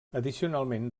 addicionalment